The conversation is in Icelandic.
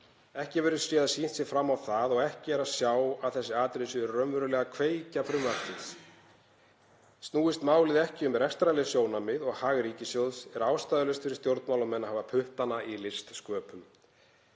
Ekki verður séð að sýnt sé fram á það og ekki er að sjá að þessi atriði séu raunverulega kveikja frumvarpsins. Snúist málið ekki um rekstrarleg sjónarmið og hag ríkissjóðs er ástæðulaust fyrir stjórnmálamenn að hafa puttana í listsköpun.